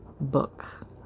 book